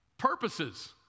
purposes